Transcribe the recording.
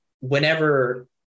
whenever